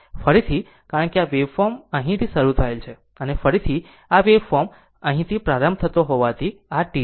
ફરીથી કારણ કે આ વેવ ફોર્મ અહીંથી શરૂ થયેલ છે અને ફરીથી આ વેવ ફોર્મ અહીંથી પ્રારંભ થતો હોવાથી આ T છે